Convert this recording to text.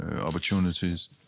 opportunities